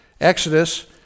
Exodus